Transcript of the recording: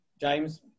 James